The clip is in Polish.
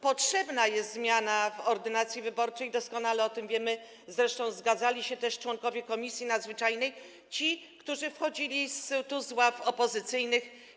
Potrzebna jest zmiana w ordynacji wyborczej, doskonale o tym wiemy, zresztą zgadzali się z tym też członkowie komisji nadzwyczajnej, ci, którzy wchodzili tu z ław opozycyjnych.